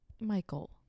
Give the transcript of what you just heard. Michael